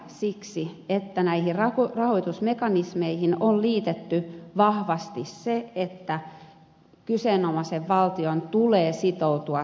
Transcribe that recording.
siksi on hyvä että näihin rahoitusmekanismeihin on liitetty vahvasti se että kyseenomaisen valtion tulee sitoutua sopeuttamisohjelmiin